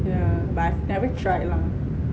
yeah but I've never tried lah